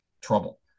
trouble